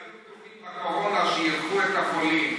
אבל היו פתוחים בקורונה, אירחו את החולים.